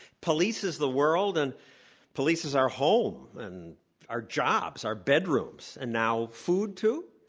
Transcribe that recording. polices the world and polices our home and our jobs, our bedrooms. and now food too?